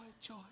joy